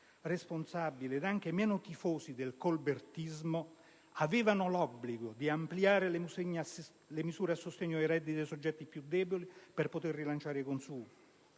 responsabili ed anche meno tifosi del colbertismo, avevano l'obbligo di ampliare le misure a sostegno dei redditi dei soggetti più deboli, per poter rilanciare i consumi.